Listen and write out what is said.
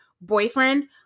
boyfriend